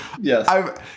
Yes